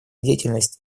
деятельность